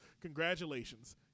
congratulations